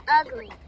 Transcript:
Ugly